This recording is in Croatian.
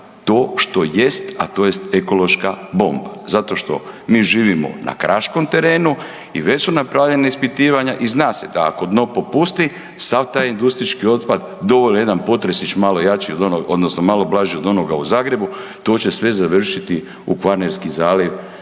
a to jest ekološka bomba zato što mi živimo na kraškom terenu i već su napravljena ispitivanja i zna se da ako dno popusti sav taj industriji otpad, dovoljan je jedan potresić malo jači od onoga odnosno malo blaži od onoga u Zagrebu, to će sve završiti u Kvarnerski zaljev